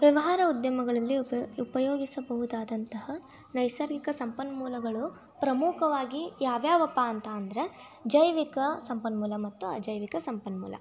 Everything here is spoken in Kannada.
ವ್ಯವಹಾರ ಉದ್ಯಮಗಳಲ್ಲಿ ಉಪ ಉಪಯೋಗಿಸಬಹುದಾದಂತಹ ನೈಸರ್ಗಿಕ ಸಂಪನ್ಮೂಲಗಳು ಪ್ರಮುಖವಾಗಿ ಯಾವ ಯಾವಪ್ಪ ಅಂತ ಅಂದ್ರೆ ಜೈವಿಕ ಸಂಪನ್ಮೂಲ ಮತ್ತು ಅಜೈವಿಕ ಸಂಪನ್ಮೂಲ